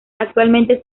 actualmente